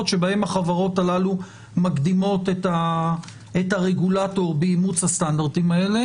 שבהן החברות הללו מקדימות את הרגולטור באימוץ הסטנדרטים האלה,